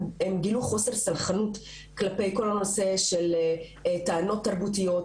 הם גילו חוסר סלחנות כלפי כל הנושא של טענות תרבותיות,